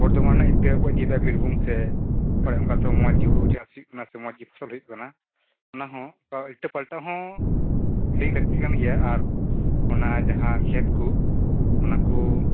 ᱵᱚᱨᱫᱷᱚᱢᱟᱱ ᱨᱮᱱᱟᱜ ᱤᱛᱟᱹ ᱦᱚᱠᱚ ᱤᱫᱤᱭᱮᱫᱟ ᱵᱤᱨᱵᱷᱩᱢ ᱥᱮᱫ ᱢᱚᱡᱽᱜᱮ ᱦᱩᱲᱩ ᱪᱟᱥ ᱦᱩᱭᱩᱜ ᱠᱟᱱᱟ ᱢᱚᱡᱽᱜᱮ ᱯᱷᱚᱥᱚᱞ ᱦᱩᱭᱩᱜ ᱠᱟᱱᱟ ᱚᱱᱟᱦᱚ ᱤᱛᱟᱹ ᱯᱟᱞᱴᱟᱣ ᱦᱚ ᱞᱟᱹᱠᱛᱤ ᱠᱟᱱᱜᱮᱭᱟ ᱟᱨ ᱚᱱᱟ ᱡᱟᱦᱟᱸ ᱠᱷᱮᱛ ᱠᱚ ᱚᱱᱟᱠᱚ